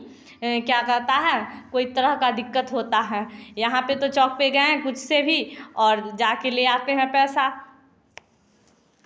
क्या कहता है कोई तरह का दिक्कत होता है यहाँ पर तो चौक पर गए खुद से भी और जाकर ले आते हैं पैसा